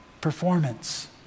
performance